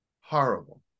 horrible